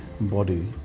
body